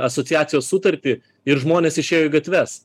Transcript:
asociacijos sutartį ir žmonės išėjo į gatves